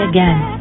Again